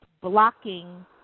blocking